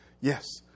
Yes